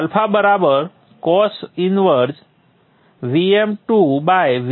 α બરાબર cos 1 Vm2Vm1 છે